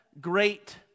great